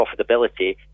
profitability